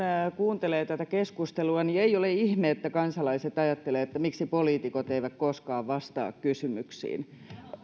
kuuntelee tätä keskustelua niin ei ole ihme että kansalaiset ajattelevat että miksi poliitikot eivät koskaan vastaa kysymyksiin